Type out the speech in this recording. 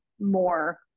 more